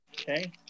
Okay